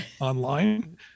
online